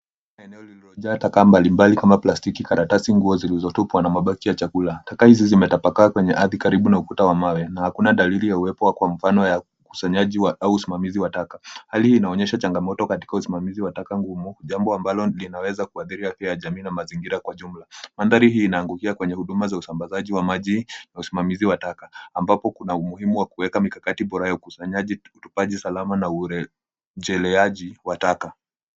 Eneo limejaa taka mbali mbali kama plastiki karatasi nguo zilizotupwa na mabaki ya chakula. Taka hizi hii zimetapakaaa kwenye ardhi karibu na ukuta wa mawe na hakuna daliri ya uwepo kwa mfano wa ukusanyaji au usimamizi wa taka. Hali hii naonyeshe changamotoka katika usumamizi wa taka ngumu. Jambo ambalo linaweza kuadhiri afya ya jamii na mazingira kwa jumla. Mandhari hii inaangukia kwenye huduma za usambazaji wa maji na usimamizi wa taka. Ambapo kuna umuhimu wa kuweka mikakati bora ya ukusanyaji na utupaji salama na urejeleaji wa taka.